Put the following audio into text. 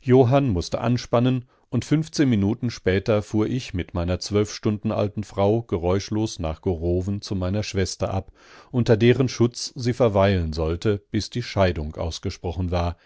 johann mußte anspannen und fünfzehn minuten später fuhr ich mit meiner zwölf stunden alten frau geräuschlos nach gorowen zu meiner schwester ab unter deren schutze sie verweilen sollte bis die scheidung ausgesprochen war